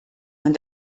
man